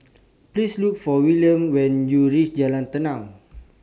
Please Look For Wilhelm when YOU REACH Jalan Tenang